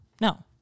no